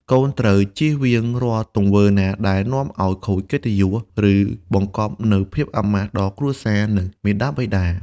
កូនត្រូវចៀសវាងរាល់ទង្វើណាដែលនាំឲ្យខូចកិត្តិយស ឬបង្កប់នូវភាពអាម៉ាស់ដល់គ្រួសារ និងមាតាបិតា។